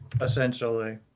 essentially